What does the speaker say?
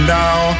now